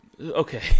okay